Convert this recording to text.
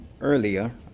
earlier